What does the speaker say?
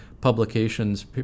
publications